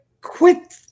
quit